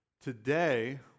Today